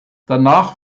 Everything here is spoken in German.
danach